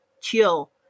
chill